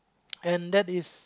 and that is